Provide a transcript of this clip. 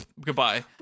goodbye